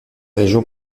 région